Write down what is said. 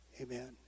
Amen